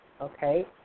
okay